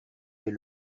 est